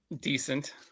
Decent